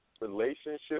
Relationship